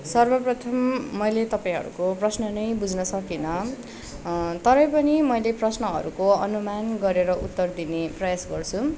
सर्वप्रथम मैले तपाईँहरूको प्रश्न नै बुझ्न सकिनँ तरै पनि मैले प्रश्नहरूको अनुमान गरेर उत्तर दिने प्रयास गर्छु